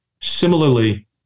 Similarly